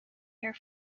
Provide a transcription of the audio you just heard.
her